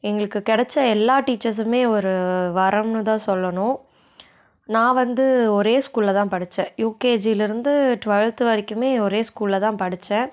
எங்களுக்கு கெடைச்ச எல்லா டீச்சர்ஸுமே ஒரு வரம்ன்னு தான் சொல்லணும் நான் வந்து ஒரே ஸ்கூலில் தான் படித்தேன் யூகேஜியில் இருந்து டுவெல்த்து வரைக்குமே ஒரே ஸ்கூலில் தான் படித்தேன்